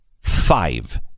five